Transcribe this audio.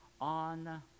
on